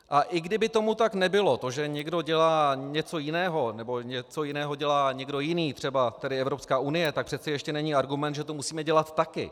A i kdyby tomu tak nebylo, to, že někdo dělá něco jiného nebo něco jiného dělá někdo jiný, třeba tady Evropská unie, tak přeci ještě není argument, že to musíme dělat také.